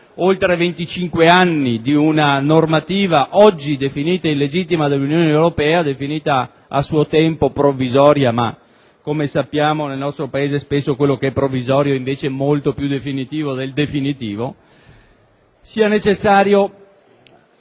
anni di una normativa oggi definita illegittima, dall'Unione Europea, definita a suo tempo provvisoria (ma come sappiamo nel nostro Paese spesso ciò che è provvisorio è molto più definitivo del definitivo), sia necessario